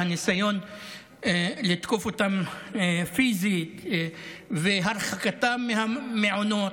הניסיון לתקוף אותם פיזית והרחקתם מהמעונות.